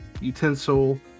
utensil